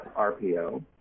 RPO